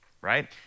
right